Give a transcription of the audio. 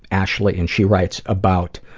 ashley, and she writes about,